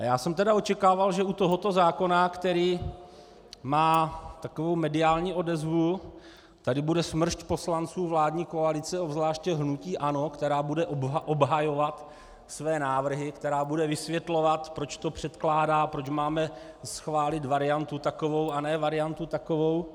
A já jsem tedy očekával, že u tohoto zákona, který má takovou mediální odezvu, tady bude smršť poslanců vládní koalice, obzvláště hnutí ANO, která bude obhajovat své návrhy, která bude vysvětlovat, proč to předkládá, proč máme schválit variantu takovou a ne variantu takovou.